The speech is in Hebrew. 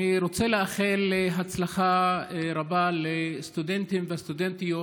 אני רוצה לאחל הצלחה רבה לסטודנטים ולסטודנטיות